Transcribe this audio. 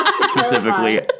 specifically